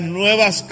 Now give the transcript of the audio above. nuevas